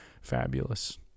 fabulous